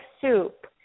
soup